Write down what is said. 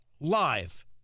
live